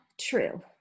true